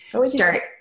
Start